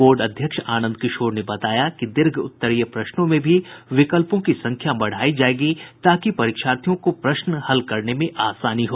board अध्यक्ष आनंद किशोर ने बताया कि दीर्घ उत्तरीय प्रश्नों में भी विकल्पों की संख्या बढ़ायी जायेगी ताकि परीक्षार्थियों को प्रश्न हल करने में आसानी हो